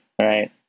right